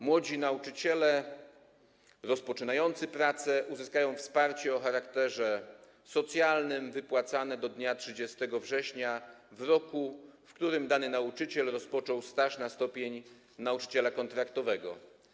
Młodzi nauczyciele, rozpoczynający pracę, uzyskają wsparcie o charakterze socjalnym wypłacane do dnia 30 września roku, w którym dany nauczyciel rozpoczął staż na stopień nauczyciela kontraktowego.